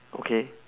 okay